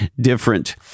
different